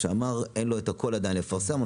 שאמר שאין לו הכול עדיין לפרסם.